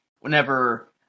whenever